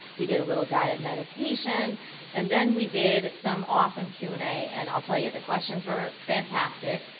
we did a little guided meditation and then we did some awesome q and a and i'll tell you the questions were fantastic.